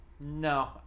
No